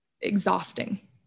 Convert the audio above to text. exhausting